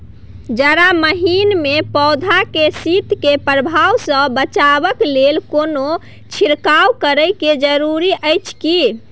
जारा महिना मे पौधा के शीत के प्रभाव सॅ बचाबय के लेल कोनो छिरकाव करय के जरूरी अछि की?